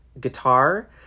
guitar